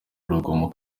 urugomo